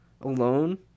alone